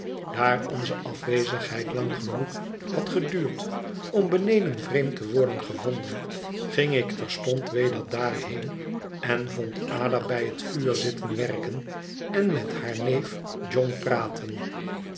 daar onze afwezigheid lang genoeg had geduurd om beneden vreemd te worden gevonden ging ik terstond weder daarheen en vond ada bij het vuur zitten werken en met haar neef john praten